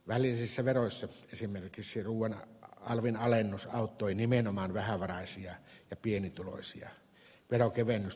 välisessä veroissa esimerkiksi ruuan alvin alennus auttoi nimenomaan vähävaraisia ja pienituloisia verokevennys